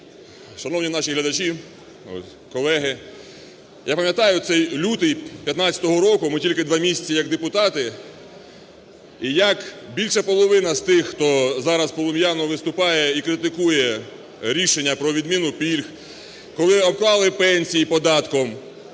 Шановні наші глядачі, колеги! Я пам'ятаю цей лютий 2015 року, ми тільки 2 місяці, як депутати. І як більша половина з тих, хто зараз полум'яно виступає і критикує рішення про відміну пільг, коли обклали пенсії податком.